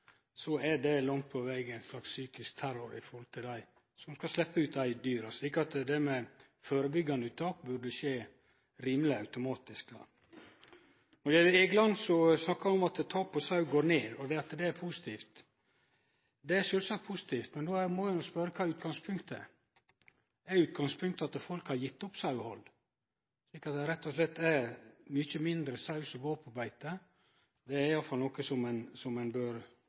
er det langt på veg ein slags psykisk terror for dei, som skal sleppe ut dyra sine. Så førebyggjande uttak bør skje automatisk. Når det gjeld Egeland, snakka han om at tapet av sau går ned, og at det er positivt. Det er sjølvsagt positivt, men då må ein spørje kva utgangspunktet er. Er utgangspunktet at folk har gjeve opp sauehald – at det rett og slett er mykje mindre sau som går på beite? Det er i alle fall noko ein bør undersøke vidare. Vi ser det som